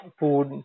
food